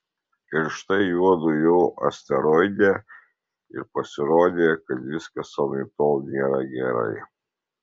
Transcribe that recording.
ir štai juodu jau asteroide ir pasirodė kad viskas anaiptol nėra gerai